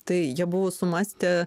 tai jie buvo sumąstę